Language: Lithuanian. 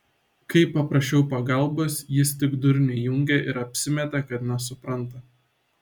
kai paprašiau pagalbos jis tik durnių įjungė ir apsimetė kad nesupranta